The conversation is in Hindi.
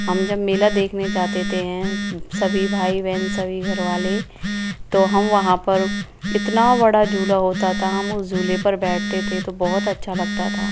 हम जब मेला देखने जा देते हैं सभी भाई बहन सभी घर वाले तो हम वहाँ पर इतना बड़ा झूला होता था हम उस झूले पर बैठते थे तो बहुत अच्छा लगता था